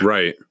Right